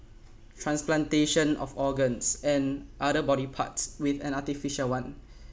transplantation of organs and other body parts with an artificial one